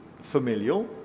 familial